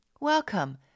Welcome